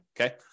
Okay